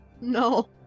No